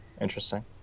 interesting